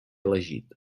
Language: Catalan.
elegit